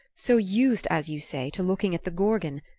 so used, as you say, to looking at the gorgon,